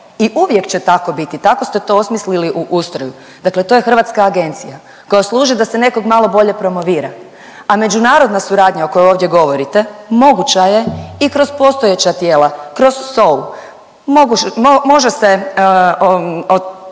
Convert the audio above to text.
i uvijek će tako biti, tako ste to osmislili u ustroju, dakle to je hrvatska agencija koja služi da se nekog malo bolje promovira. A međunarodna suradnja o kojoj ovdje govorite moguća je i kroz postojeća tijela, kroz SOA-u, može se